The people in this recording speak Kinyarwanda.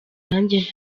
nanjye